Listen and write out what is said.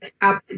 up